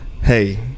Hey